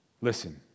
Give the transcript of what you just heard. Listen